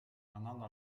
andando